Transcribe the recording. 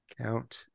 count